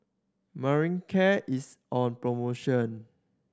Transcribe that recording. Manicare is on promotion